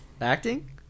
Acting